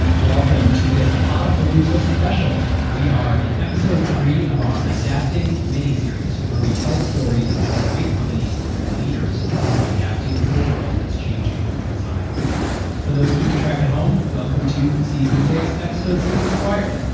welcome to this potapalooza special. we are in episode three of our adapting miniseries where we tell the stories of great companies and leaders who are adapting to a world that's changing in real-time. for those keeping track at home, welcome to season six, episode six of acquired.